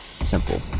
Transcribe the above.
simple